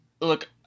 look